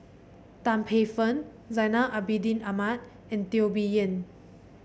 Tan Paey Fern Zainal Abidin Ahmad and Teo Bee Yen